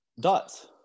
Dots